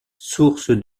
source